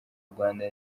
rwanda